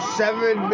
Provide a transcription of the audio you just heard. seven